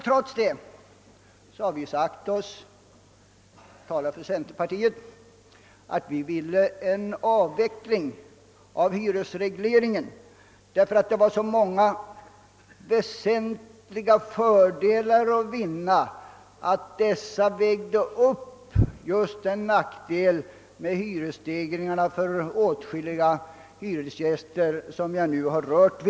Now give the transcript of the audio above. Trots detta har vi sagt — jag talar för centerpartiet — att vi önskar en avveckling av hyresregleringen därför att det kan finnas så många väsentliga fördelar, att dessa uppväger nackdelen med de nämnda hyresstegringarna för åtskilliga hyresgäster.